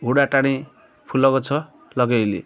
ହୁଡ଼ା ଟାଣି ଫୁଲ ଗଛ ଲଗେଇଲି